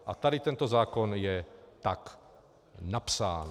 A tady tento zákon je tak napsán.